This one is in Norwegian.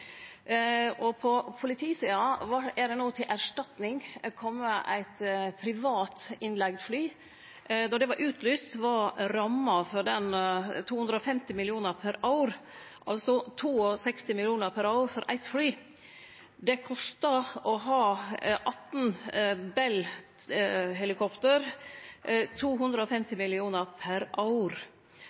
På politisida er det no til erstatning kome eit privat innleigd fly. Då det vart utlyst, var ramma 250 mill. kr per år, altså 62 mill. kr per år for eitt fly. Det kostar å ha 18 Bell-helikopter – 250 mill. kr per år.